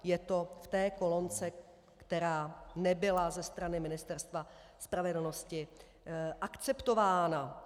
Je to v té kolonce, která nebyla ze strany Ministerstva spravedlnosti akceptována.